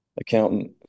Accountant